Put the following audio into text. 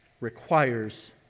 requires